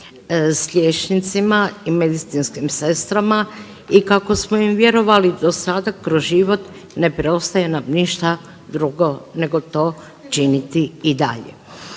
s liječnicima i medicinskim sestrama i kako smo im vjerovali do sada kroz život, ne preostaje nam ništa drugo nego to činiti i dalje.